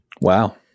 Wow